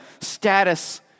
status